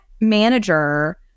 manager